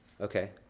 Okay